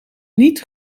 niet